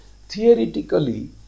Theoretically